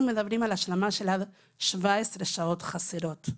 אנחנו מדברים על השלמה של עד 17 שעות חסרות,